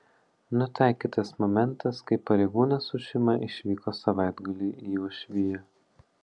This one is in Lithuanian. nutaikytas momentas kai pareigūnas su šeima išvyko savaitgaliui į uošviją